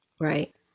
Right